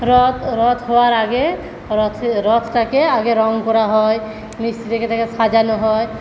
রথ রথ হওয়ার আগে রথে রথটাকে আগে রঙ করা হয় মিস্ত্রিকে ডেকে সাজানো হয়